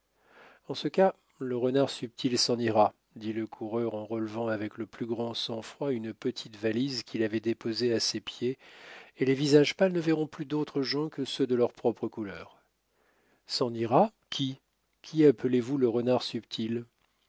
en ce cas le renard subtil s'en ira dit le coureur en relevant avec le plus grand sang-froid une petite valise qu'il avait déposée à ses pieds et les visages pâles ne verront plus d'autres gens que ceux de leur propre couleur s'en ira qui qui appelez-vous le renard subtil